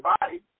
body